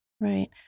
Right